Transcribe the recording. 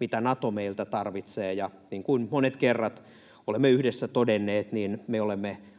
mitä Nato meiltä tarvitsee. Niin kuin monet kerrat olemme yhdessä todenneet, me olemme